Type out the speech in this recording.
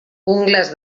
ungles